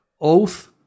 Oath